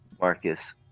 Marcus